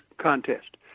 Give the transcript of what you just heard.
contest